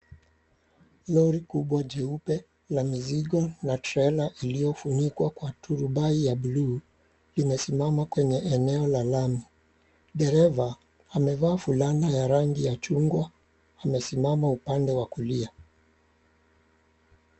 Lori kubwa jeupe la mizigo na trela iliyofunikwa kwa turubai ya buluu limesimama kwenye eneo la lami. Dereva amevaa fulana ya rangi ya chungwa amesimama upande wa kulia.